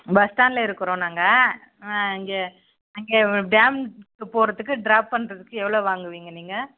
bus ஸ்டாண்ட்டில் இருக்குகிறோம் நாங்கள் இங்கே இங்கே டேம்க்கு போகிறத்துக்கு ட்ராப் பண்ணுறதுக்கு எவ்வளோ வாங்குவிங்க நீங்கள்